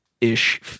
ish